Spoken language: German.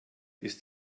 ist